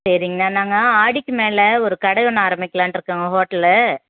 சரிங்கண்ணா நாங்கள் ஆடிக்கு மேலே ஒரு கடை ஒன்று ஆரம்பிக்கலான்னுருக்கோம் ஹோட்டலு